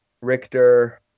Richter